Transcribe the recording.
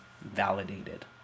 validated